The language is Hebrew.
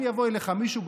אם יבוא אליך מישהו,